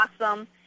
awesome